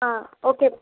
ஆ okay